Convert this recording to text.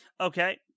Okay